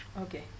Okay